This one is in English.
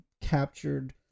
captured